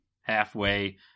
halfway